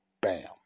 Bam